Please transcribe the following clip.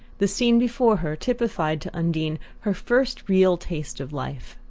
the scene before her typified to undine her first real taste of life.